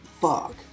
Fuck